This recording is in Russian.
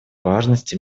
важности